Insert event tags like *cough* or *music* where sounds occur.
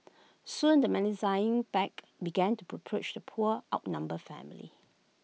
soon the menacing pack began to *unintelligible* the poor outnumbered family